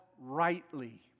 rightly